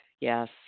yes